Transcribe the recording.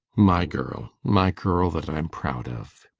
my girl my girl that i'm proud of.